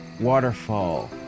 waterfall